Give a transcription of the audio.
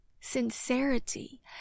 sincerity